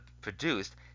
produced